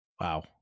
Wow